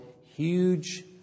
huge